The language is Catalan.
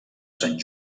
sant